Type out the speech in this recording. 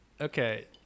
okay